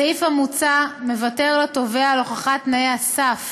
הסעיף המוצע מוותר לתובע על הוכחת תנאי הסף